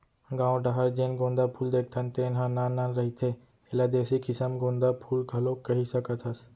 गाँव डाहर जेन गोंदा फूल देखथन तेन ह नान नान रहिथे, एला देसी किसम गोंदा फूल घलोक कहि सकत हस